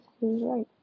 right